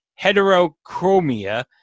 heterochromia